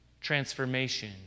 transformation